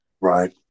Right